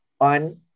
on